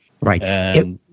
Right